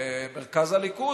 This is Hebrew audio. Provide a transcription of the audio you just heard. במרכז הליכוד.